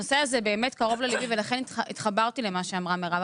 הנושא הזה באמת קרוב לליבי ולכן התחברתי למה שאמרה מירב,